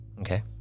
okay